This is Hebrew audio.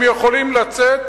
הם יכולים לצאת.